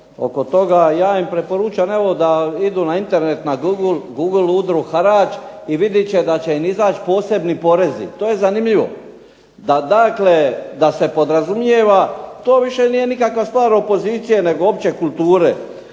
Ja im preporučam evo da idu na internet na Google na udrugu harač i vidjet će da će im izaći posebni porezi. To je zanimljivo. Da se podrazumijeva to više nije nikakva stvar opozicije nego opće kulture.